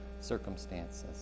circumstances